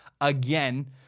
again